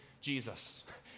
Jesus